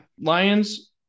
Lions